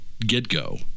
get-go